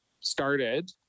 started